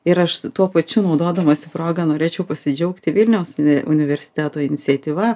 ir aš tuo pačiu naudodamasi proga norėčiau pasidžiaugti vilniaus universiteto iniciatyva